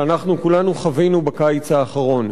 שכולנו חווינו בקיץ האחרון.